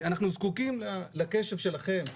אנחנו זקוקים לקשב שלכם,